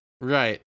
right